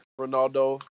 Ronaldo